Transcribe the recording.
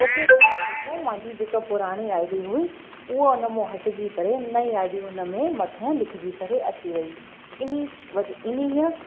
okay करण खां पोइ मुंहिंजी जेका पुराणी आई डी हुई उहो उन मां हटिजी करे नई आई डी हुन में मथां लिखिजी करे अची वई इन वज इन्हीअ